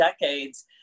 decades